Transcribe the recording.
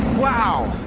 wow!